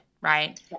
right